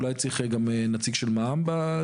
ואולי צריך גם נציג של מע"מ בדיון.